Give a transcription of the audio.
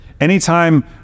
anytime